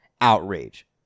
outrage